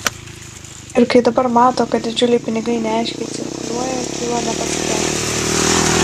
ir kai dabar mato kad didžiuliai pinigai neaiškiai cirkuliuoja kyla nepasitenkinimas